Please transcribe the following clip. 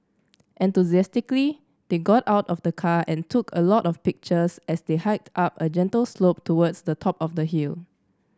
enthusiastically they got out of the car and took a lot of pictures as they hiked up a gentle slope towards the top of the hill